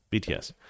BTS